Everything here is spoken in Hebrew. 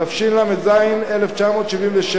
התשל"ז 1977,